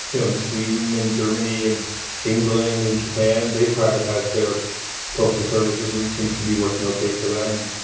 in sweden and germany and england and japan, they privatize their postal services. and it seems to be working ok for them.